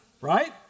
right